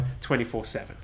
24-7